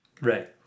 Right